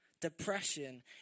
Depression